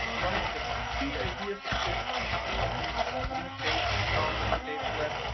one of the key ideas of this upcoming link data cloud, or link data web,